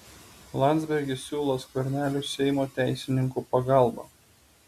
landsbergis siūlo skverneliui seimo teisininkų pagalbą